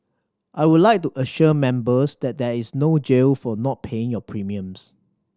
i would like to assure Members that there is no jail for not paying your premiums